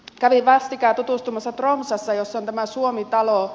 kävin vastikään tutustumassa tromssassa jossa on tämä suomi talo